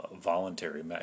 voluntary